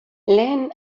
lehen